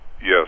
yes